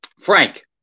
Frank